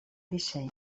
disseny